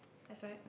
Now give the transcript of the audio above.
that's right